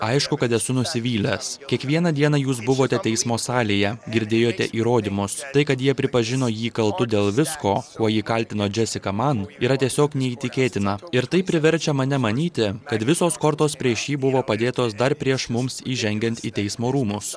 aišku kad esu nusivylęs kiekvieną dieną jūs buvote teismo salėje girdėjote įrodymus tai kad jie pripažino jį kaltu dėl visko kuo jį kaltino džesika man yra tiesiog neįtikėtina ir tai priverčia mane manyti kad visos kortos prieš jį buvo padėtos dar prieš mums įžengiant į teismo rūmus